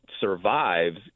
survives